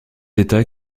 état